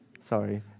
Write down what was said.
Sorry